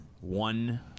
One